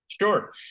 Sure